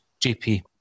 JP